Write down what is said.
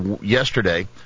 yesterday